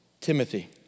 Timothy